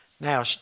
Now